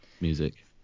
music